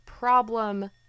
problem